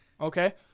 Okay